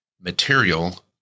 material